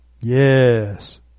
Yes